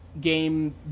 game